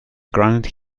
granted